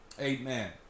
Amen